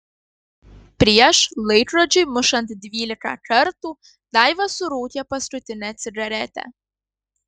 prieš laikrodžiui mušant dvylika kartų daiva surūkė paskutinę cigaretę